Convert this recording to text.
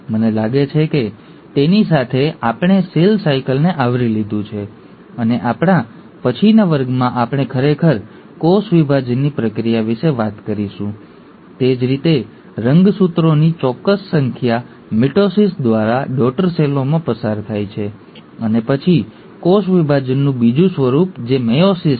મને લાગે છે કે તેની સાથે આપણે સેલ સાયકલને આવરી લીધું છે અને આપણા પછીના વર્ગમાં આપણે ખરેખર કોષ વિભાજનની પ્રક્રિયા વિશે વાત કરીશું તે જ રીતે રંગસૂત્રોની ચોક્કસ સંખ્યા મિટોસિસ દ્વારા ડૉટર સેલોમાં પસાર થાય છે અને પછી કોષ વિભાજનનું બીજું સ્વરૂપ જે મેયોસિસ છે